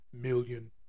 million